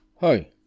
Hi